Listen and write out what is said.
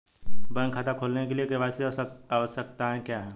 Bank खाता खोलने के लिए के.वाई.सी आवश्यकताएं क्या हैं?